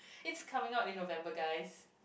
it's coming out in November guys